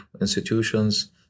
institutions